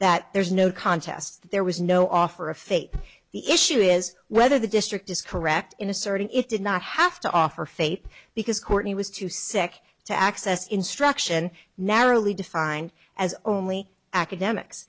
that there's no contest there was no offer of faith the issue is whether the district is correct in asserting it did not have to offer faith because courtney was too sick to access instruction narrowly defined as only academics